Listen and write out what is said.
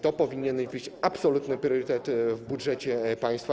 To powinien być absolutny priorytet w budżecie państwa.